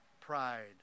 pride